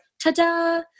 ta-da